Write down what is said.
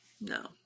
No